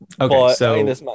Okay